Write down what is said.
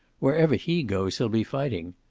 wherever he goes there'll be fighting.